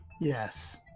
Yes